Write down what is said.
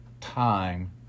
time